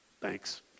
Thanks